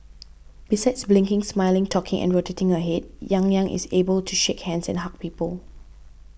besides blinking smiling talking and rotating her head Yang Yang is able to shake hands and hug people